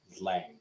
Lang